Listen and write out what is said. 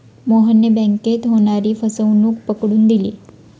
मोहनने बँकेत होणारी फसवणूक पकडून दिली